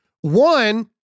One